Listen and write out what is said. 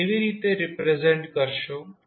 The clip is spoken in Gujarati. તમે કેવી રીતે રિપ્રેઝેન્ટ કરશો